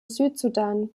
südsudan